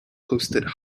hosted